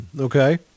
okay